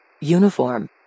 Uniform